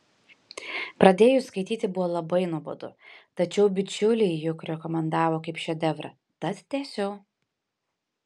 pradėjus skaityti buvo labai nuobodu tačiau bičiuliai juk rekomendavo kaip šedevrą tad tęsiau